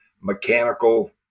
mechanical